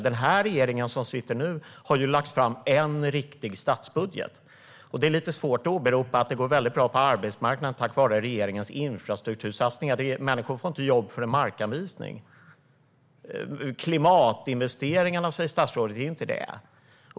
Den regering som sitter nu har lagt fram en riktig statsbudget. Och det är lite svårt att säga att det går väldigt bra på arbetsmarknaden tack vare regeringens infrastruktursatsningar. Människor får inte jobb för en markanvisning. Statsrådet nämner klimatinvesteringarna. Det är ju inte det.